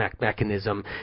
mechanism